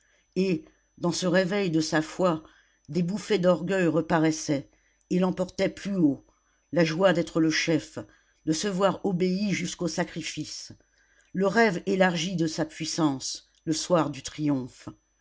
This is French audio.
et dans ce réveil de sa foi des bouffées d'orgueil reparaissaient et l'emportaient plus haut la joie d'être le chef de se voir obéi jusqu'au sacrifice le rêve élargi de sa puissance le soir du triomphe